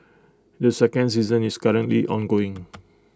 the second season is currently ongoing